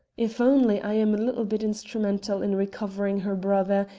if only i am a little bit instrumental in recovering her brother,